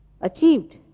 achieved